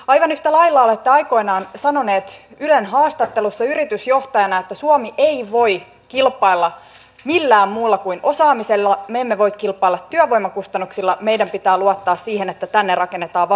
aivan yhtä lailla olette aikoinaan sanonut ylen haastattelussa yritysjohtajana että suomi ei voi kilpailla millään muulla kuin osaamisella me emme voi kilpailla työvoimakustannuksilla meidän pitää luottaa siihen että tänne rakennetaan vahvaa osaamista